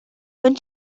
when